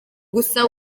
gusa